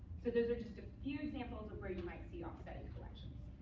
so those are just a few examples of where you might see offsetting collections.